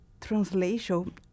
translation